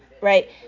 right